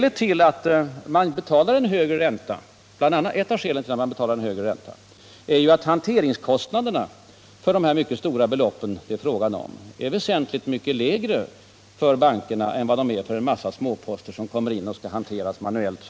Ett av skälen till att man betalar en högre ränta är att hanteringskostnaderna för bankerna för de mycket stora belopp det här är fråga om är mycket lägre än för en massa småposter som hanteras så att säga manuellt.